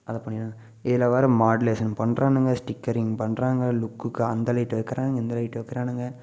அதை பண்ணி இதில் வர மாடலேஷன் பண்ணுறானுங்க ஸ்ட்டிக்கரிங் பண்ணுறாங்க லுக்குக்கு அந்த லைட்டை வைக்கிறானுங்க இந்த லைட்டை வைக்கிறானுங்க